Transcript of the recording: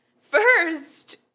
First